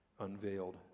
unveiled